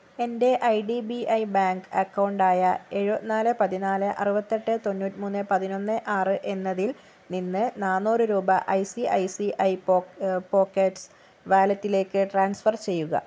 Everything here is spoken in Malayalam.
എൻ്റെ I D B I bank account ആയ എഴുപത്തിനാല് പതിനാല് അറുപത്തിയെട്ട് തൊണ്ണൂറ്റിമൂന്ന് പതിനൊന്ന് ആറ് എന്നതിൽ നിന്ന് നാനൂറ് രൂപ I C I C I പോ പോക്കറ്റ്സ് വാലറ്റിലേക്ക് ട്രാൻസ്ഫർ ചെയ്യുക